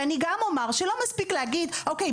אני גם אומר שלא מספיק להגיד, אוקיי.